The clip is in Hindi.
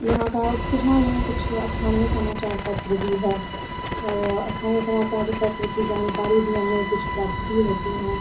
यहाँ का कुछ ना यहाँ कुछ स्थानीय समाचार पत्र भी है स्थानीय समाचार पत्र की जानकारी भी हमने कुछ प्राप्त भी होती हैं